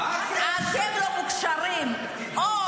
אתם לא מוכשרים -- מה הקשר?